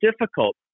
difficult